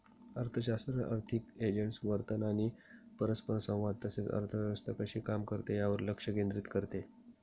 अर्थशास्त्र आर्थिक एजंट्सचे वर्तन आणि परस्परसंवाद तसेच अर्थव्यवस्था कशी काम करते यावर लक्ष केंद्रित करते